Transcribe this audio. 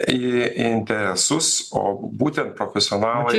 į interesus o būtent profesionalai